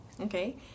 Okay